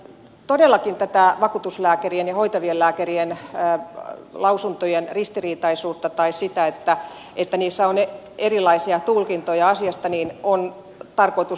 todellakin tätä vakuutuslääkärien ja hoitavien lääkärien lausuntojen ristiriitaisuutta tai sitä että niissä on erilaisia tulkintoja asiasta on tarkoitus läpivalaista